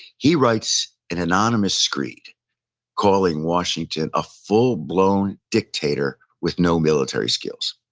he writes an anonymous screed calling washington a full-blown dictator with no military skills.